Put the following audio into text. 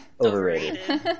overrated